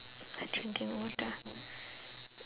drinking water